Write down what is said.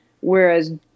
Whereas